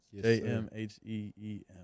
J-M-H-E-E-M